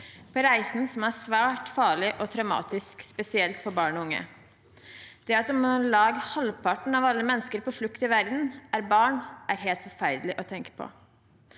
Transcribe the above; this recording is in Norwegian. en reise som er svært farlig og traumatisk, spesielt for barn og unge. Det at om lag halvparten av alle mennesker på flukt i verden er barn, er helt forferdelig å tenke på.